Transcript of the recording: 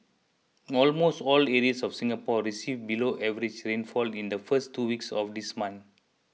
almost all areas of Singapore received below average rainfall in the first two weeks of this month